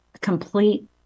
complete